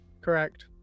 correct